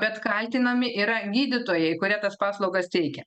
bet kaltinami yra gydytojai kurie tas paslaugas teikia